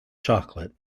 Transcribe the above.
chocolate